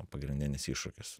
pagrindinis iššūkis